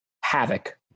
Havoc